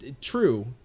true